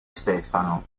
stefano